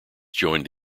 joined